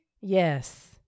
Yes